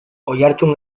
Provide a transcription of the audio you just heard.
oihartzun